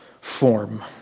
form